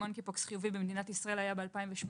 monkeypox חיובי במדינת ישראל היה ב-2018,